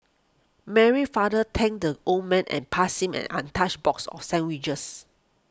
Mary's father thanked the old man and passed him an untouched box of sandwiches